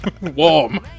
Warm